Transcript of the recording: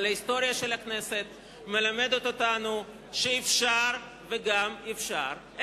אבל ההיסטוריה של הכנסת מלמדת אותנו שאפשר וגם אפשר,